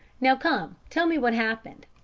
now come, tell me what happened.